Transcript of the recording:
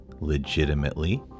legitimately